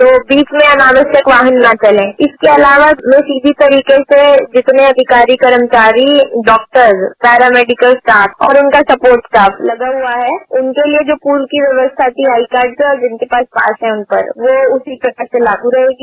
तो बीच में अनावश्यक वाहन न चले इसके अलावा जो कोविड जो पूरी तरीके से जितने अधिकारी कर्मचारी डॉक्टर पैरामेडिकल स्टाफ और स्पोटस्टाफ लगा हुआ है उनके लिये जो पूल की व्यवस्था थी आईकार्ड का और जिनके पास पास है उन पर वह उसी प्रकार से लागू रहेगी